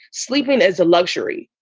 sleeping is a luxury.